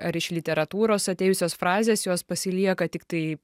ar iš literatūros atėjusios frazės jos pasilieka tiktai